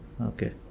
Okay